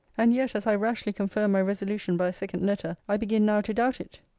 and yet, as i rashly confirmed my resolution by a second letter, i begin now to doubt it.